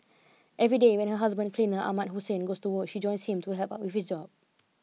every day when her husband cleaner Ahmad Hussein goes to work she joins him to help out with his job